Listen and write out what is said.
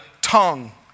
tongue